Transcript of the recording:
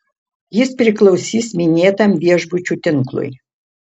jis priklausys minėtam viešbučių tinklui